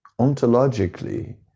ontologically